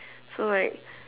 so like